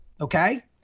okay